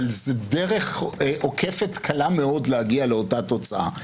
אבל זה דרך עוקפת קלה מאוד להגיע לאותה תוצאה.